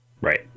right